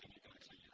you can actually